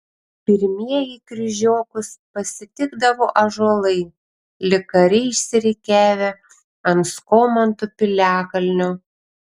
pirmieji kryžiokus pasitikdavo ąžuolai lyg kariai išsirikiavę ant skomantų piliakalnio